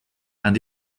and